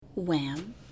Wham